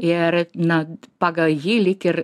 ir na pagal jį lyg ir